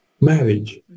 marriage